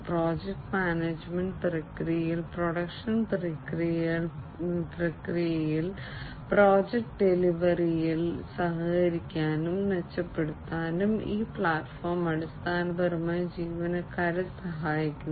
project management പ്രക്രിയയിൽ production പ്രക്രിയയിൽ project ഡെലിവറിയിൽ സഹകരിക്കാനും മെച്ചപ്പെടുത്താനും ഈ പ്ലാറ്റ്ഫോം അടിസ്ഥാനപരമായി ജീവനക്കാരെ സഹായിക്കുന്നു